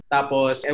Tapos